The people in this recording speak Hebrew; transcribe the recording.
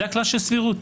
זה הכלל של סבירות.